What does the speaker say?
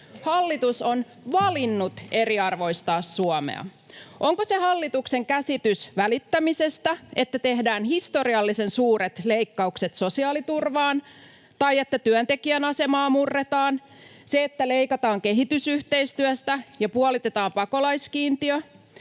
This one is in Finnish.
Hallitus on valinnut eriarvoistaa Suomea. Onko se hallituksen käsitys välittämisestä, että tehdään historiallisen suuret leikkaukset sosiaaliturvaan tai että työntekijän asemaa murretaan, että leikataan kehitysyhteistyöstä ja puolitetaan pakolaiskiintiö?